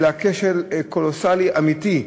כשל קולוסלי אמיתי.